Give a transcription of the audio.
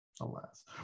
alas